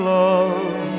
love